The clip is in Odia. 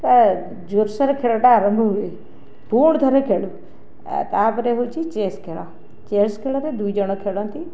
ପୁରା ଜୋର ସୋରରେ ଖେଳଟା ଆରମ୍ଭ ହୁଏ ପୁଣି ଥରେ ଖେଳୁ ତା ପରେ ହେଉଛି ଚେସ୍ ଖେଳ ଚେସ୍ ଖେଳରେ ଦୁଇ ଜଣ ଖେଳନ୍ତି